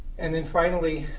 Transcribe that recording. and then finally,